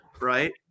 Right